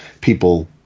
people